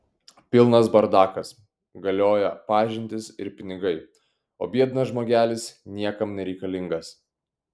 pilnas bardakas galioja pažintys ir pinigai o biednas žmogelis niekam nereikalingas